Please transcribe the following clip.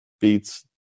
beats